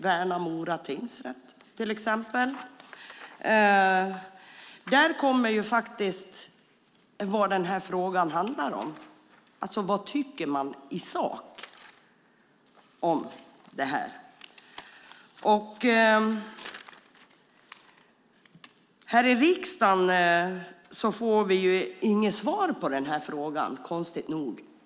Där kommer det upp vad denna fråga handlar om: Vad tycker man i sak om detta? Här i riksdagen får vi inget svar på den frågan i dag, konstigt nog.